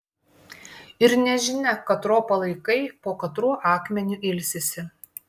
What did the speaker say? ir nežinia katro palaikai po katruo akmeniu ilsisi